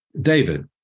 David